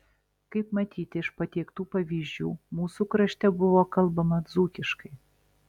kaip matyti iš patiektų pavyzdžių mūsų krašte buvo kalbama dzūkiškai